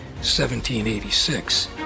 1786